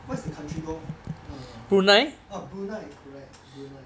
what's the country go err correct brunei